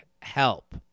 help